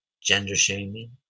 gender-shaming